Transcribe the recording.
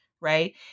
right